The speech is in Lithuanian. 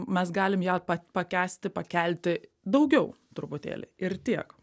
mes galim ją pa pakęsti pakelti daugiau truputėlį ir tiek